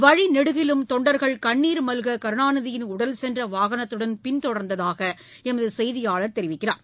வழிநெடுகிலும் தொண்டர்கள் கண்ணீர் மல்க கருணாநிதியின் உடல் சென்ற வாகனத்துடன் பின்தொடர்ந்ததாக எமது செய்தியாளர் தெரிவிக்கிறார்